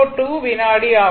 02 வினாடி ஆகும்